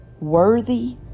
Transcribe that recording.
worthy